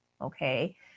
okay